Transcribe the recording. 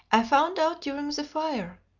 i found out during the fire.